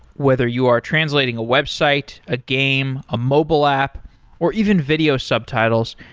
whether you are translating a website, a game, a mobile app or even video subtitles,